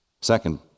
second